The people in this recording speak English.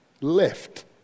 left